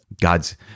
God's